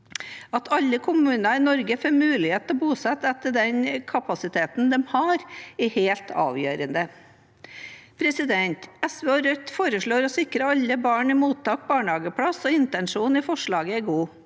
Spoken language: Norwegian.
alle kommuner i Norge får mulighet til å bosette etter den kapasiteten de har, er helt avgjørende. SV og Rødt foreslår å sikre alle barn i mottak barnehageplass. Intensjonen i forslaget er god,